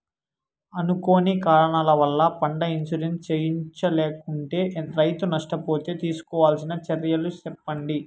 అనుకోని కారణాల వల్ల, పంట ఇన్సూరెన్సు చేయించలేకుంటే, రైతు నష్ట పోతే తీసుకోవాల్సిన చర్యలు సెప్పండి?